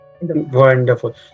wonderful